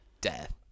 death